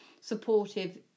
supportive